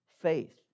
faith